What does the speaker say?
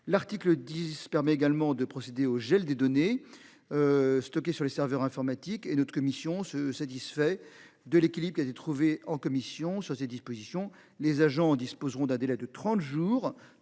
L'article 10 permet également de procéder au gel des données. Stockées sur les serveurs informatiques et notre mission se satisfait de l'équilibre a été trouvé en commission sur ces dispositions. Les agents disposeront d'un délai de 30 jours